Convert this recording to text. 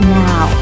now